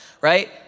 right